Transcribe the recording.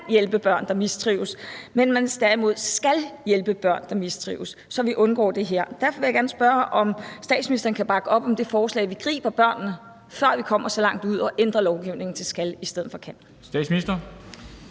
hjælpe børn, der mistrives, skal man hjælpe børn, der mistrives, så vi undgår det her. Derfor vil jeg gerne spørge, om statsministeren kan bakke op om det forslag om, at vi griber børnene, før de kommer så langt ud, og ændrer lovgivningen til »skal« i stedet for »kan«. Kl.